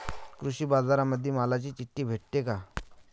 कृषीबाजारामंदी मालाची चिट्ठी भेटते काय?